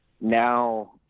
now